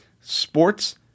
sports